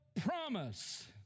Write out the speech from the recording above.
promise